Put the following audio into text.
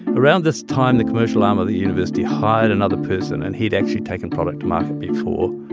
around this time, the commercial arm of the university hired another person, and he'd actually taken product to market before.